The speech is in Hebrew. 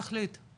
תחליט.